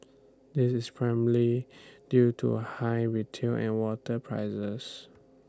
this is primarily due to A high retail and water prices